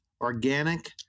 organic